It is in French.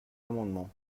amendement